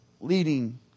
leading